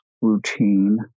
routine